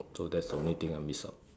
so that's the only thing I miss out